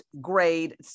Grade